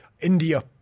India